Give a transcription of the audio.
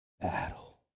battle